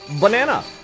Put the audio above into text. banana